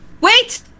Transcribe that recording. Wait